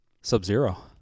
Sub-Zero